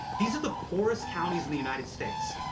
these are the poorest counties in the united states.